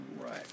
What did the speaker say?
right